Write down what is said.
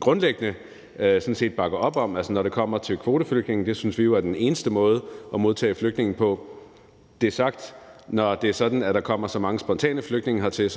grundlæggende sådan set bakker op om. Når det kommer til kvoteflygtninge, synes vi jo, at det er den eneste måde at modtage flygtninge på. Når det er sagt, når det så er sådan, at der kommer så mange spontane flygtninge hertil,